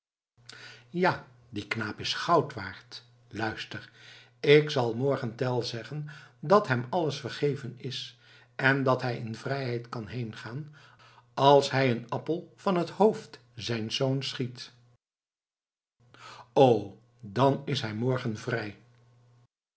ja die knaap is goud waard luister ik zal morgen tell zeggen dat hem alles vergeven is en dat hij in vrijheid kan heengaan als hij een appel van het hoofd zijns zoons schiet o dan is hij morgen vrij